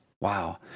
Wow